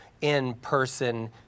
in-person